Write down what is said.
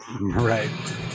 Right